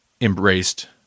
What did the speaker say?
embraced